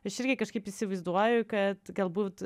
aš irgi kažkaip įsivaizduoju kad galbūt